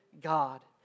God